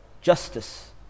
justice